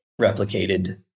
replicated